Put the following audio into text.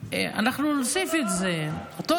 על הרצח ולא על הפרוטקשן?